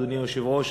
אדוני היושב-ראש,